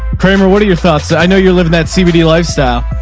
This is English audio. kramer, what are your thoughts? i know you're living that cbd lifestyle.